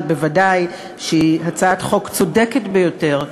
אבל ודאי שהיא הצעת חוק צודקת ביותר,